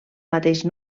mateix